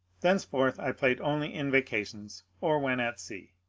thenceforth i played only in vacations or when at sea.